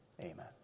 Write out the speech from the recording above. amen